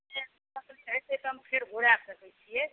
हम फेर घूराए सकै छियै